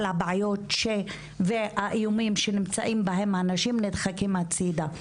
הבעיות והאיומים שנמצאים בהם אנשים נדחקים הצידה.